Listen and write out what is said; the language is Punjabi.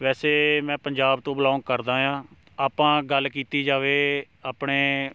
ਵੈਸੇ ਮੈਂ ਪੰਜਾਬ ਤੋਂ ਬਿਲੌਂਗ ਕਰਦਾ ਹਾਂ ਆਪਾਂ ਗੱਲ ਕੀਤੀ ਜਾਵੇ ਆਪਣੇ